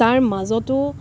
তাৰ মাজতো